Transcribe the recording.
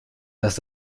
dass